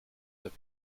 that